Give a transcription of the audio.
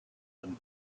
and